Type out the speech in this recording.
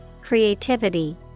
creativity